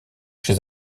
chez